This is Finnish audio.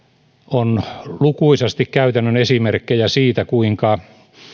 on lukuisasti käytännön esimerkkejä siitä kuinka